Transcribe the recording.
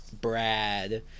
Brad